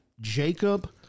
Jacob